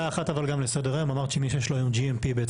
מה שאתה אומר כאן שמה שחסר לך זה נורמה שהיבואן חייב לקבוע,